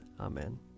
Amen